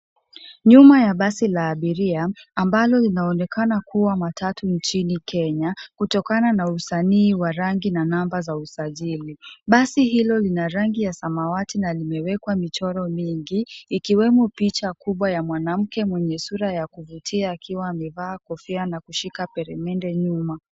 Nyuma ya basi la abiria, ambalo linaonekana kuwa matatu nchini Kenya, kutokana na usanii wa rangi na namba za usajili. Basi hilo lina rangi ya samawati na limewekwa michoro mingi, ikiwemo picha kubwa ya mwanamke mwenye sura ya kuvutia akiwa amevaa kofia na kushika peremende nyuma.